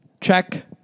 Check